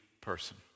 person